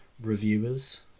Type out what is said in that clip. reviewers